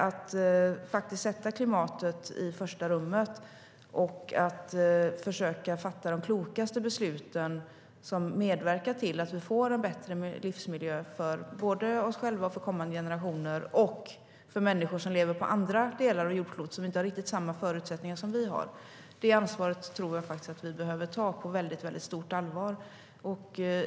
Att faktiskt sätta klimatet i första rummet och att försöka fatta de klokaste besluten som medverkar till att vi får en bättre livsmiljö för oss själva, för kommande generationer och för människor som lever på andra delar av jordklotet och som inte har riktigt samma förutsättningar som vi har, det ansvaret tror jag att vi behöver ta på väldigt stort allvar.